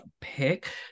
pick